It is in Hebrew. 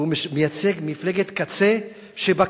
והוא מייצג מפלגת קצה שבקצה,